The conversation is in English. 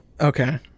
okay